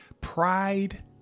pride